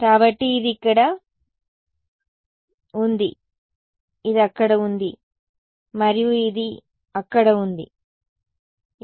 కాబట్టి ఇది అక్కడ ఉంది ఇది అక్కడ ఉంది ఇది అక్కడ ఉంది మరియు ఇది అక్కడ ఉంది సరే